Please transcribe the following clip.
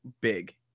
big